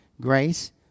grace